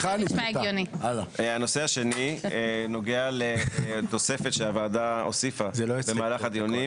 הנושא השני נוגע לתוספת שהוועדה הוסיפה במהלך הדיונים